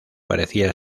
parecía